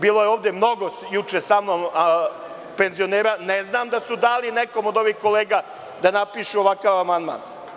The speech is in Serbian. Bilo je ovde mnogo juče sa mnom penzionera i ne znam da su dali nekom od ovih kolega da napišu ovakav amandman.